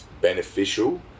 beneficial